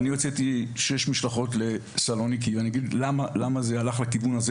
אני הוצאתי שש משלחות לסלוניקי ואני אגיד למה זה הלך לכיוון הזה